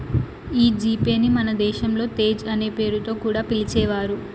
ఈ G pay ని మన దేశంలో తేజ్ అనే పేరుతో కూడా పిలిచేవారు